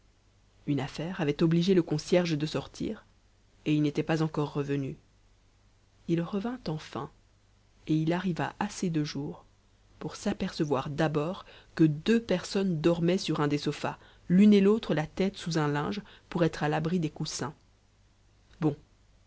une affaire avait obligé le concierge de sortir et il n'était pas euco revenu ït revint enfin et il arriva assez de jour pour s'apercevoir d'abor que deux personnes dormaient sur uu des sofas l'une et l'autre la sous un linge pour être à l'abri des cousins bon